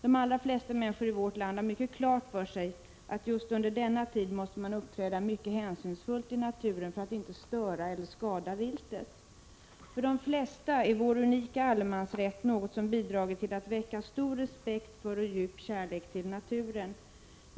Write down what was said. De allra flesta människor i vårt land har mycket klart för sig att man just under denna tid måste uppträda mycket hänsynsfullt i naturen för att inte störa eller skada viltet. För de flesta är vår unika allemansrätt något som har bidragit till att väcka stor respekt för och djup kärlek till naturen.